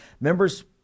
Members